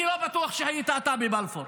אני לא בטוח שהיית אתה בבלפור,